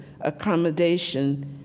accommodation